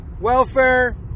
welfare